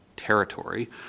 territory